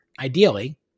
Ideally